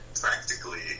practically